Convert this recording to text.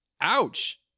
Ouch